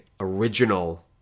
original